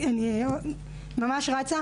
אני ממש רצה.